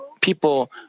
People